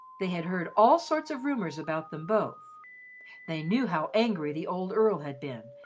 they had heard all sorts of rumours about them both they knew how angry the old earl had been,